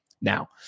now